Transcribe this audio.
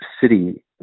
city